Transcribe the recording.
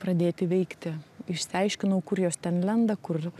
pradėti veikti išsiaiškinau kur jos ten lenda kur